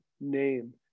name